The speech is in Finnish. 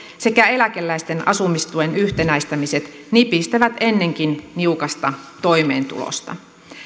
sekä eläkeläisten asumistuen yhtenäistämiset nipistävät ennenkin niukasta toimeentulosta